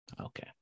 Okay